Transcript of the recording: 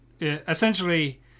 Essentially